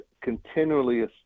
continually